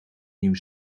nieuw